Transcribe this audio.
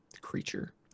creature